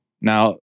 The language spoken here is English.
now